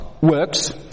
works